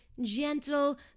gentle